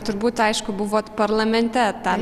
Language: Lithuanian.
turbūt aišku buvot parlamente tą